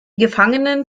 gefangenen